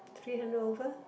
three hundred over